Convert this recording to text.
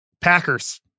Packers